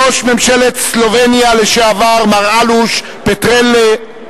ראש ממשלת סלובניה לשעבר מר אלוש פטרלה,